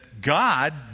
God